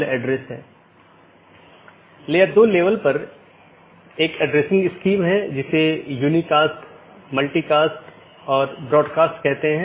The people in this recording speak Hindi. तो IBGP स्पीकर्स की तरह AS के भीतर पूर्ण मेष BGP सत्रों का मानना है कि एक ही AS में साथियों के बीच एक पूर्ण मेष BGP सत्र स्थापित किया गया है